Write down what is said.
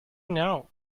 know